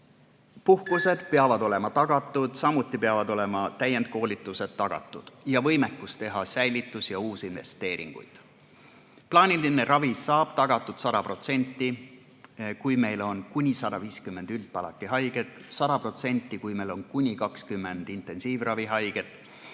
puhkused peavad olema tagatud, samuti peavad olema täienduskoolitused tagatud ja võimekus teha säilitus- ja uusi investeeringuid. Plaaniline ravi saab tagatud 100%, kui meil on kuni 150 üldpalati haiget ja kui meil on kuni 20 intensiivravihaiget.